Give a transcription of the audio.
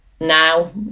now